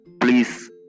please